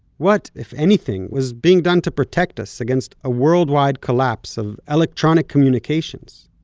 what, if anything, was being done to protect us against a worldwide collapse of electronic communications?